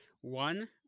One